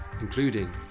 including